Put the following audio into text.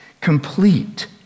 complete